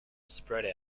spread